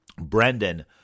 Brendan